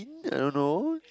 teen I don't know